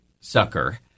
sucker